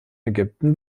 ägypten